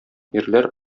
ирләр